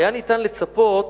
היה ניתן לצפות